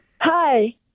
Hi